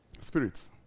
Spirits